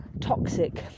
toxic